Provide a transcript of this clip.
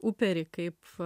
uperį kaip